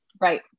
Right